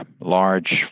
large